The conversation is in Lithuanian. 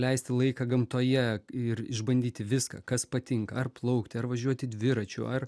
leisti laiką gamtoje ir išbandyti viską kas patinka ar plaukti ar važiuoti dviračiu ar